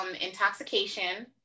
intoxication